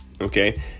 okay